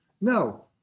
No